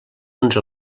uns